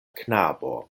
knabo